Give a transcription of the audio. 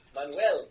Manuel